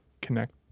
connect